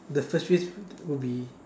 the first wish would be